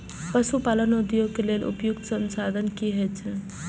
पशु पालन उद्योग के लेल उपयुक्त संसाधन की छै?